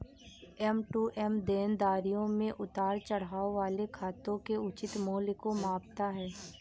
M to M देनदारियों में उतार चढ़ाव वाले खातों के उचित मूल्य को मापता है